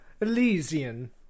Elysian